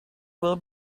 will